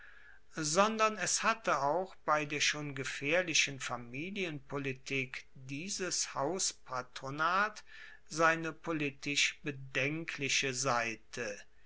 sondern es hatte auch bei der schon gefaehrlichen familienpolitik dieses hauspatronat seine politisch bedenkliche seite